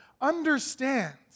understands